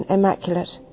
Immaculate